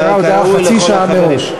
נמסרה ההודעה חצי שעה מראש.